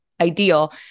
ideal